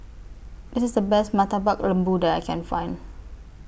This IS The Best Murtabak Lembu that I Can Find